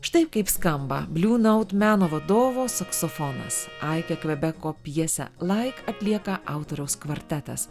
štai kaip skamba bliu naut meno vadovo saksofonas aikė kvebeko pjesę laik atlieka autoriaus kvartetas